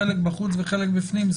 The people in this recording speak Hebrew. חלק בחוץ וחלק בפנים,